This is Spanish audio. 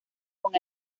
con